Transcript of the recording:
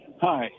Hi